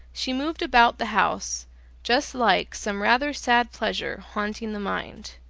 she moved about the house just like some rather sad pleasure haunting the mind.